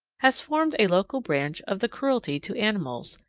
has formed a local branch of the cruelty to animals,